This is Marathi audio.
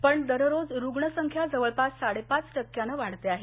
पण दररोज रुग्ण संख्या जवळपास साडेपाच टक्क्यानं वाढते आहे